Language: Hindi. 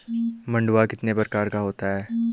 मंडुआ कितने प्रकार का होता है?